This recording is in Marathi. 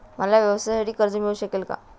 मला व्यवसायासाठी कर्ज मिळू शकेल का?